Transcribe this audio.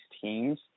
teams